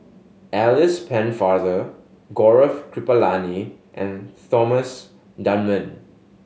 Alice Pennefather Gaurav Kripalani and Thomas Dunman